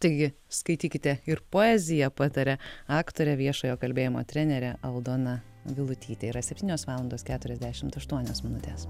taigi skaitykite ir poeziją pataria aktorė viešojo kalbėjimo trenerė aldona vilutytė yra septynios valandos keturiasdešimt aštuonios minutes